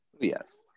Yes